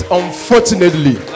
unfortunately